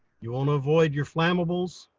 you want to avoid your flammables.